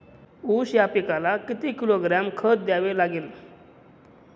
ऊस या पिकाला किती किलोग्रॅम खत द्यावे लागेल?